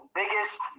biggest